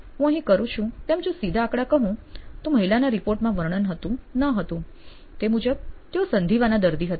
હું અહીં કરું છું તેમ જો સીધા આંકડા કહું તો મહિલાના રિપોર્ટમાં વર્ણન હતું ન હતું તે મુજબ તેઓ સંધિવાના દર્દી હતા